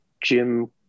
Jim